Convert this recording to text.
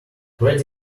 ready